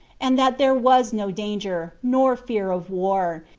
and that there was no danger, nor fear of war,